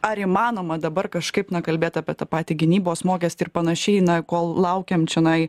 ar įmanoma dabar kažkaip na kalbėt apie tą patį gynybos mokestį ir panašiai na kol laukiam čionai